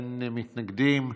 אין מתנגדים.